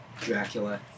Dracula